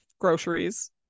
groceries